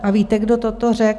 A víte, kdo toto řekl?